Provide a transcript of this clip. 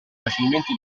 facilmente